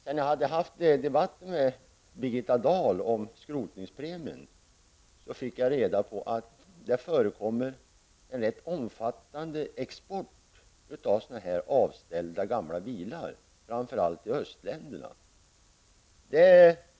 När jag hade haft debatten med Birgitta Dahl om skrotningspremien fick jag reda på att det förekommer en rätt omfattande export av avställda gamla bilar, framför allt till östländerna.